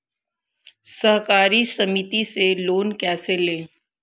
सहकारी समिति से लोन कैसे लें?